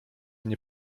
nie